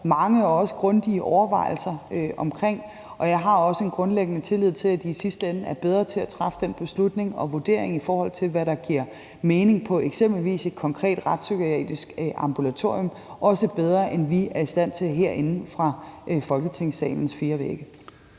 mange og også grundige overvejelser omkring. Og jeg har også en grundlæggende tillid til, at de i sidste ende er bedre til at træffe den beslutning og lave den vurdering, i forhold til hvad der giver mening på eksempelvis et konkret retspsykiatrisk ambulatorium – også bedre, end vi er i stand til herinde fra Folketingssalen. Kl.